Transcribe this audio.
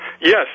yes